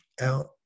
out